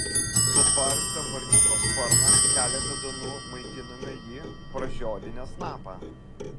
sutvarstę varniuko sparną keletą dienų maitinome jį pražiodinę snapą